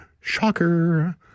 Shocker